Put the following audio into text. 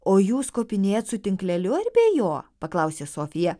o jūs kopinėjat su tinkleliu ar be jo paklausė sofija